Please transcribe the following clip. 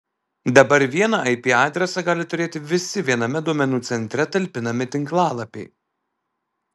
dabar vieną ip adresą gali turėti visi viename duomenų centre talpinami tinklalapiai